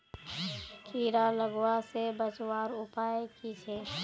कीड़ा लगवा से बचवार उपाय की छे?